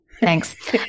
Thanks